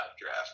draft